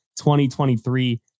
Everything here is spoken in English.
2023